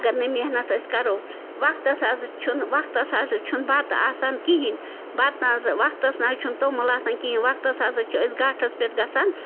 اگر نہٕ محنت أسۍ کَرو وَقتَس ہسا چھُنہٕ وَقَتَس ہسا چھُنہٕ بَتہٕ آسان کِہیٖنۍ بَتہٕ نہٕ حظ وَقتَس نہٕ حظ چھُنہٕ توٚمُل آسان کِہیٖنۍ وَقتَس ہسا چھِ أسۍ گھاٹھَس پٮ۪ٹھ گژھان